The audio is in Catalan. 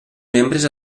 membres